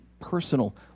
personal